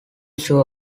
sure